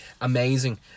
amazing